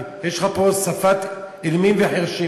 יש לך פה שפת אילמים וחירשים.